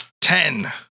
Ten